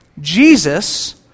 Jesus